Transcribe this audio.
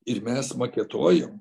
ir mes maketuojam